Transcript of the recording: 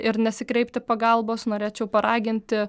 ir nesikreipti pagalbos norėčiau paraginti